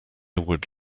would